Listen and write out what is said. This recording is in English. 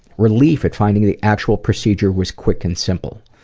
relief at finding the actual procedures was quick and simple.